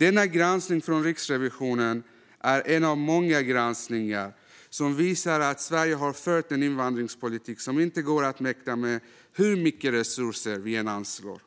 Denna granskning från Riksrevisionen är en av många granskningar som visar att Sverige har fört en invandringspolitik som landet inte mäktar med hur mycket resurser vi än anslår.